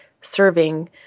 serving